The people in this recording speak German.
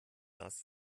las